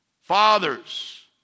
fathers